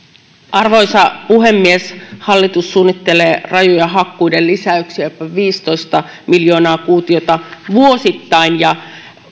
arvoisa puhemies hallitus suunnittelee rajuja hakkuiden lisäyksiä jopa viisitoista miljoonaa kuutiota vuosittain ja